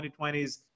2020's